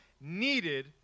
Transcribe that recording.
needed